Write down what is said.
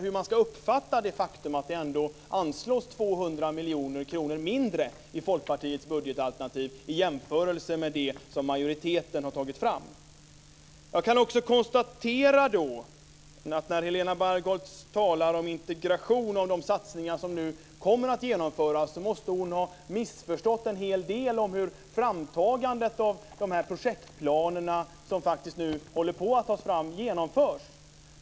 Hur ska man uppfatta det faktum att det ändå anslås 200 miljoner kronor mindre i Folkpartiets budgetalternativ i jämförelse med en budget som majoriteten har tagit fram. När Helena Bargholtz talade om integration och de satsningar som nu kommer att genomföras måste hon ha missförstått en hel del av hur framtagandet av dessa projektplaner genomförs.